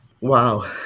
Wow